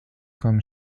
comme